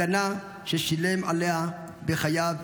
הגנה ששילם עליה בחייו.